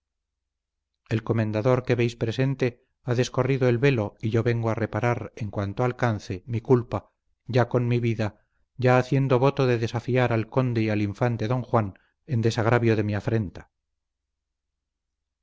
el comendador que veis presente ha descorrido el velo y yo vengo a reparar en cuanto alcance mi culpa ya con mi vida ya haciendo voto de desafiar al conde y al infante don juan en desagravio de mi afrenta